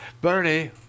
Bernie